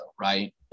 right